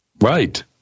right